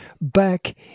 back